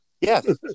Yes